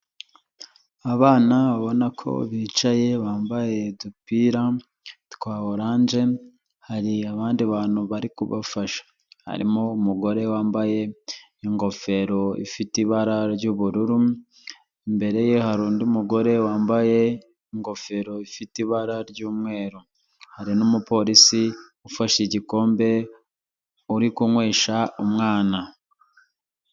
Abana ubona ko bicaye bambaye udupira twa oranje hari abandi bantu bari kubafasha, harimo umugore wambaye ingofero ifite ibara ry'ubururu, imbere ye hari undi mugore wambaye ingofero ifite ibara ry'umweru, hari n'umupolisi ufashe igikombe uri kunywesha umwana.